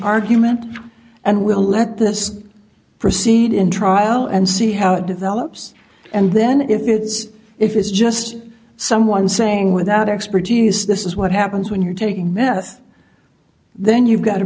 argument and we'll let this proceed in trial and see how it develops and then if it's if it's just someone saying without expertise this is what happens when you're taking meth then you've got a